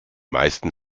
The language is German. meisten